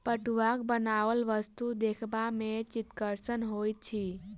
पटुआक बनाओल वस्तु देखबा मे चित्तकर्षक होइत अछि